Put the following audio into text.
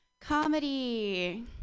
comedy